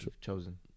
chosen